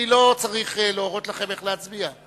אני לא צריך להורות לכם איך להצביע.